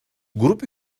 grup